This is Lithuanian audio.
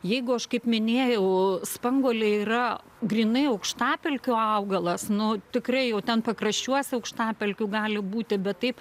jeigu aš kaip minėjau spanguolė yra grynai aukštapelkių augalas nu tikrai jau ten pakraščiuose aukštapelkių gali būti bet taip